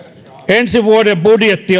ensi vuoden budjetti